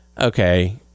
okay